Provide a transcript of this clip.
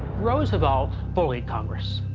roosevelt bullied congress.